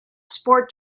sport